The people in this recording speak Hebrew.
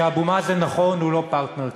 שאבו מאזן, נכון, הוא לא פרטנר קל,